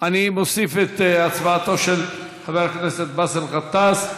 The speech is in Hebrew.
אני מוסיף את הצבעתו של חבר הכנסת באסל גטאס,